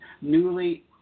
newly